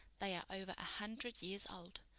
they are over a hundred years old,